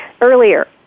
earlier